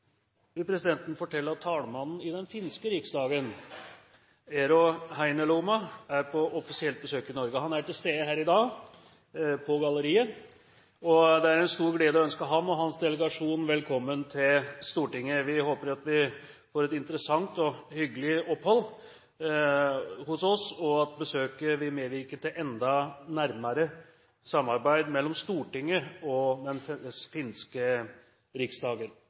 vil presidenten fortelle at talmannen i den finske riksdagen, Eero Heinäluoma, er på offisielt besøk i Norge. Han er til stede her i dag, på galleriet, og det er en stor glede å ønske ham og hans delegasjon velkommen til Stortinget. Vi håper at de får et interessant og hyggelig opphold hos oss, og at besøket vil medvirke til enda nærmere samarbeid mellom Stortinget og den finske riksdagen.